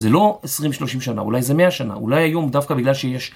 זה לא 20-30 שנה, אולי זה 100 שנה, אולי איום דווקא בגלל שיש...